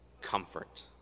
comfort